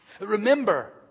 Remember